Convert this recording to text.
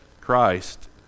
Christ